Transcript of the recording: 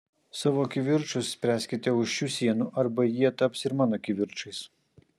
savo kivirčus spręskite už šių sienų arba jie taps ir mano kivirčais